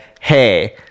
hey